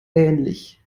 ähnlich